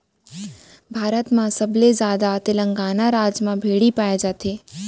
भारत म सबले जादा तेलंगाना राज म भेड़ी पाए जाथे